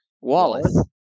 Wallace